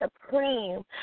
supreme